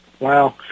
Wow